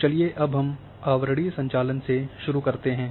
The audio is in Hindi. तो चलिए अब हम आवरणीय संचालन से शुरू करते हैं